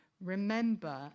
Remember